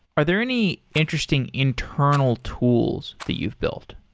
are there any interesting internal tools that you've built?